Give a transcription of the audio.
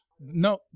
No